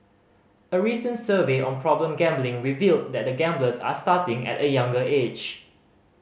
a recent survey on problem gambling revealed that gamblers are starting at a younger age